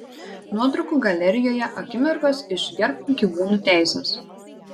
nuotraukų galerijoje akimirkos iš gerbk gyvūnų teises